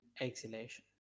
exhalation